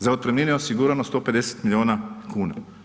Za otpremnine je osigurano 150 milijuna kuna.